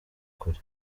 kure